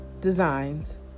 Designs